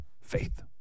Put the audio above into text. Faith